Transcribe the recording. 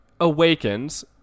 awakens